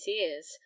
ears